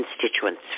constituents